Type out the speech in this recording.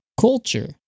culture